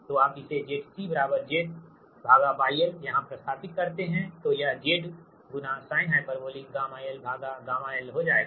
तो आप इसे ZC ZYl यहाँ प्रतिस्थापित करते है तो यह Z sinh γ lγ lहो जाएगा